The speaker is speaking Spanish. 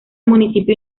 municipio